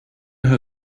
her